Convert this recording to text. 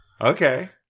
okay